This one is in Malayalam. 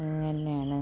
അങ്ങനെയാണ്